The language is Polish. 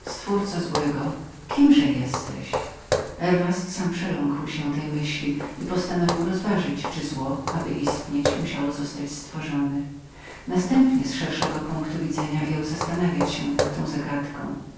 stwórco złego powiedz mi kim jesteś herwas sam przeląkł się tej myśli i chciał wyśledzić czyli istnienie złego pociągało za sobą konieczność stworzenia następnie daleko obszerniej jął zastanawiać się nad tą zagadką